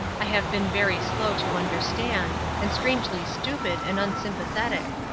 i have been very slow to understand, and strangely stupid and unsympathetic.